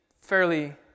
fairly